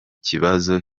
kibazo